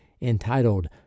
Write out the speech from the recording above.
entitled